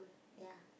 ya